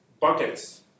buckets